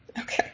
Okay